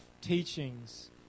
teachings